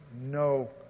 No